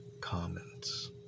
comments